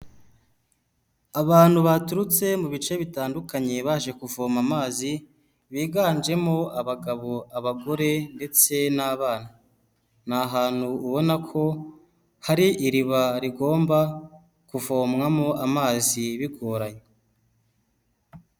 Abantu baturutse mu bice bitandukanye baje kuvoma amazi biganjemo abagabo, abagore ndetse n'abana. Ni ahantu ubona ko hari iriba rigomba kuvomwamo amazi bigoranye.